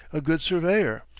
a good surveyor.